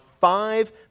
five